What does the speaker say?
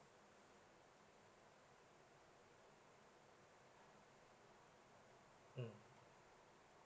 mm